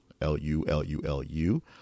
l-u-l-u-l-u